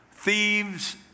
thieves